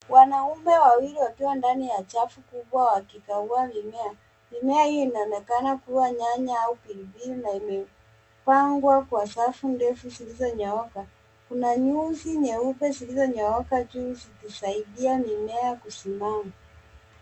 Wanaume wawili wakiwa ndani ya chafu kubwa wakikagua mimea .Mimea hiyo inaonekana kuwa nyanya au pilipili na imepangwa kwa safu ndefu zilizonyooka. Kuna nyuzi nyeupe zilizonyooka juu zikisaidia mimea kusimama.